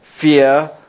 fear